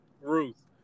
Ruth